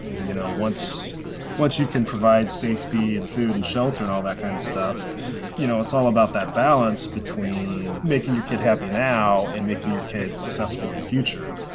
you know once once you can provide safety and food and shelter and all that kind of stuff you know it's all about that balance between making your kid happy now and making your kids successful in the future.